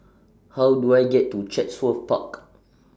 How Do I get to Chatsworth Park